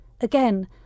Again